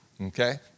okay